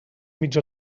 mig